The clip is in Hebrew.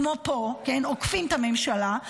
כמו פה, עוקפים את הממשלה.